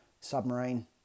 submarine